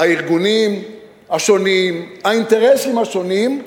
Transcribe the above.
הארגונים השונים, האינטרסים השונים,